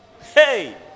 Hey